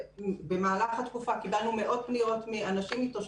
ובמהלך התקופה מאות פניות מתושבים.